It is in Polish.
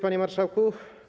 Panie Marszałku!